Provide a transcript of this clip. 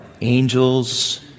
angels